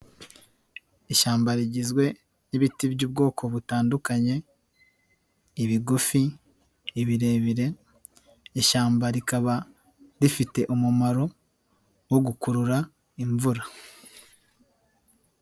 Ishyamba rigizwe n'ibiti by'ubwoko butandukanye ibigufi, ibirebire, ishyamba rikaba rifite umumaro wo gukurura imvura.